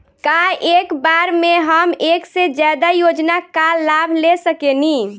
का एक बार में हम एक से ज्यादा योजना का लाभ ले सकेनी?